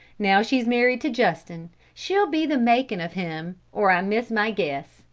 now she's married to justin she'll be the makin' of him, or i miss my guess.